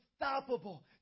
unstoppable